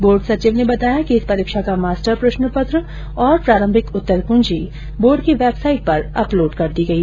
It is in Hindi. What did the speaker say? बोर्ड सचिव ने बताया कि इस परीक्षा का मास्टर प्रश्न पत्र और प्रारम्भिक उत्तर कुंजी बोर्ड की वेबसाईट पर अपलोड कर दी गई है